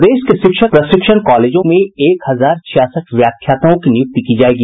प्रदेश के शिक्षक प्रशिक्षण कॉलेजों में एक हजार छियासठ व्याख्याताओं की निय्रक्ति की जायेगी